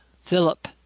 Philip